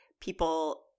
people